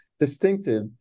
distinctive